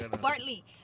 Bartley